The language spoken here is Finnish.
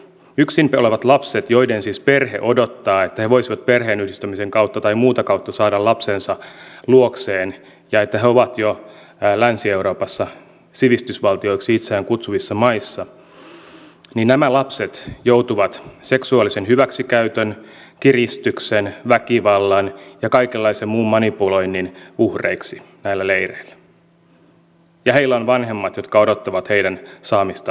yksin olevat lapset joiden perhe siis odottaa että he voisivat perheenyhdistämisen kautta tai muuta kautta saada lapsensa luokseen ja että he ovat jo länsi euroopassa sivistysvaltioiksi itseään kutsuvissa maissa joutuvat seksuaalisen hyväksikäytön kiristyksen väkivallan ja kaikenlaisen muun manipuloinnin uhreiksi näillä leireillä ja heillä on vanhemmat jotka odottavat heidän saamista luokseen